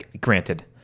Granted